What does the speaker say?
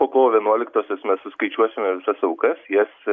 po kovo vienuoliktosios mes suskaičiuosime visas aukas jas